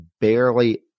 barely